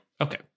okay